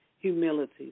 humility